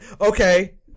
Okay